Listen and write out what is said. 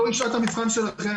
זוהי שעת המבחן שלכם,